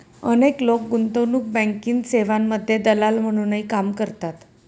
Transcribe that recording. अनेक लोक गुंतवणूक बँकिंग सेवांमध्ये दलाल म्हणूनही काम करतात